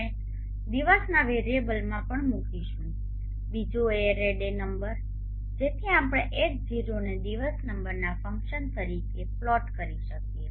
આપણે દિવસના વેરીએબલમાં પણ મૂકીશું બીજો એરે ડે નંબર જેથી આપણે H0 ને દિવસ નંબરના ફંકશન તરીકે પ્લોટ કરી શકીએ